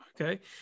Okay